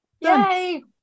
Yay